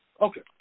Okay